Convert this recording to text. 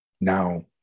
now